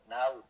now